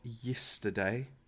yesterday